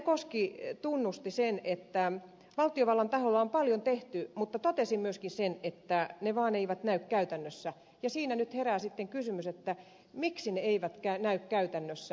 koski tunnusti sen että valtiovallan taholla on paljon tehty mutta totesi myöskin sen että se vaan ei näy käytännössä ja siinä nyt herää sitten kysymys miksi se ei näy käytännössä